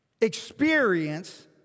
experience